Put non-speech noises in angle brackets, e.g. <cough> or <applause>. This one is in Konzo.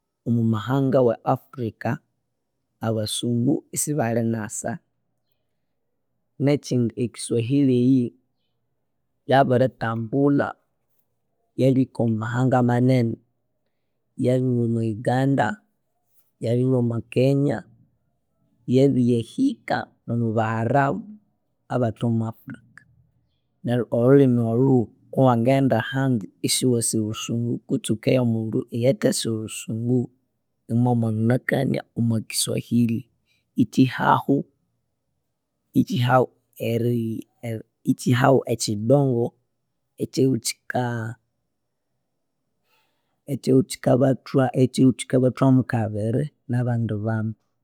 Omumahanga we Africa abasungu isibali nasa. Nekyindi e kiswahili eyi yabiritambulha yabirihika omwamahanga manene. Yabirilwa omwaUganda yabilwa omwa Kenya, yabiyahika nomwa baharabu abathe omwa Africa. Neru olhulhimi olhu kuwangaghenda ahandu isiwasi lhusungu kutsi wukeya omundu ayathasi lhusungu imwamwanganakania omwakiswahili. Ikyihahu, ikyihahu <hesitation> ikyihahu ekyidongo ekyilwi kyika <hesitation> ekyilwikyikabathwamu kabiri nabandi bandu